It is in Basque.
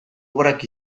obrak